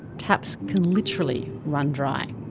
taps can literally run dry.